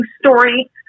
story